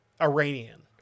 Iranian